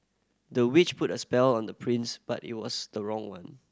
the witch put a spell on the prince but it was the wrong one